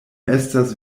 estas